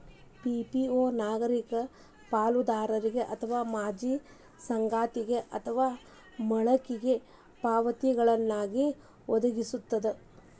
PPO ನಾಗರಿಕ ಪಾಲುದಾರರಿಗೆ ಅಥವಾ ಮಾಜಿ ಸಂಗಾತಿಗೆ ಅಥವಾ ಮಕ್ಳಿಗೆ ಪಾವತಿಗಳ್ನ್ ವದಗಿಸ್ತದ